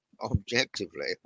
objectively